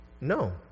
No